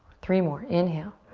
three more, inhale.